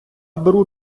беру